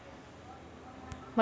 मले दुहेरी बचत खातं काढता येईन का?